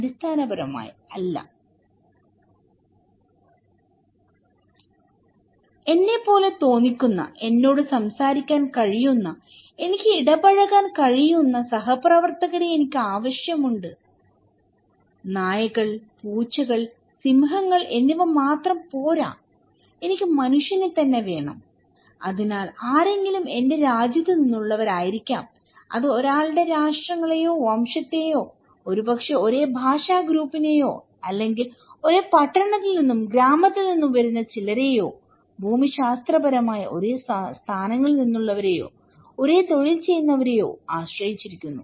അടിസ്ഥാനപരമായി അല്ല എന്നെപ്പോലെ തോന്നിക്കുന്ന എന്നോട് സംസാരിക്കാൻ കഴിയുന്ന എനിക്ക് ഇടപഴകാൻ കഴിയുന്ന സഹപ്രവർത്തകരെ എനിക്ക് ആവശ്യമുണ്ട് നായ്ക്കൾ പൂച്ചകൾ സിംഹങ്ങൾ എന്നിവ മാത്രം പോരാ എനിക്ക് മനുഷ്യനെ തന്നെ വേണം അതിനാൽ ആരെങ്കിലും എന്റെ രാജ്യത്ത് നിന്നുള്ളവരായിരിക്കാം അത് ഒരാളുടെ രാഷ്ട്രങ്ങളെയോ വംശത്തെയോ ഒരുപക്ഷേ ഒരേ ഭാഷാ ഗ്രൂപ്പിനെയോ അല്ലെങ്കിൽ ഒരേ പട്ടണത്തിൽ നിന്നും ഗ്രാമത്തിൽ നിന്നും വരുന്ന ചിലരെയോ ഭൂമിശാസ്ത്രപരമായി ഒരേ സ്ഥാനങ്ങളിൽ നിന്നുള്ളവരെയോ ഒരേ തൊഴിൽ ചെയ്യുന്നവരെയോ ആശ്രയിച്ചിരിക്കുന്നു